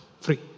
free